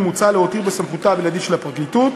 מוצע להותיר בסמכותה הבלעדית של הפרקליטות,